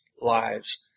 lives